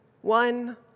One